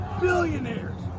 billionaires